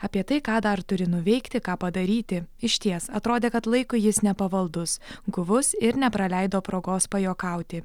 apie tai ką dar turi nuveikti ką padaryti išties atrodė kad laikui jis nepavaldus guvus ir nepraleido progos pajuokauti